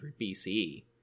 BCE